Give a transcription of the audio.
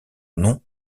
nom